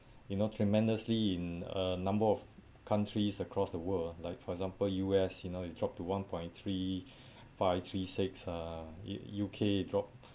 you know tremendously in a number of countries across the world like for example U_S you know it dropped to one point three five three six uh U U_K it dropped